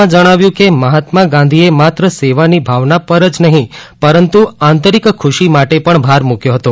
તેમણે વધુમાં જણાવ્યું કે મહાત્મા ગાંધીએ માત્ર સેવાની ભાવના પર જ નહીં પરંતુ આંતરિક ખુશી માટે પણ ભાર મૂક્યો હતો